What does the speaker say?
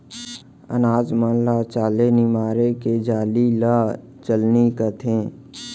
अनाज मन ल चाले निमारे के जाली ल चलनी कथें